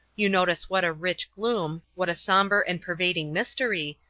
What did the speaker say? you notice what a rich gloom, what a somber and pervading mystery,